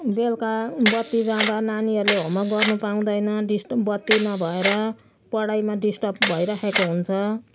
बेलुका बत्ती जाँदा नानीहरूले होम वर्क गर्नु पाउँदैन डिस्ट् बत्ती नभएर पढाइमा डिस्टर्ब भइराखेको हुन्छ